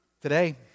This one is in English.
Today